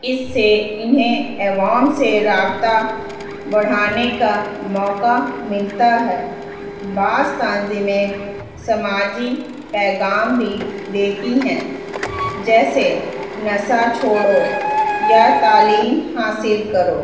اس سے انہیں عوام سے رابطہ بڑھانے کا موقع ملتا ہے بعض تنظیمیں سماجی پیغام بھی دیتی ہیں جیسے نشہ چھوڑو یا تعلیم حاصل کرو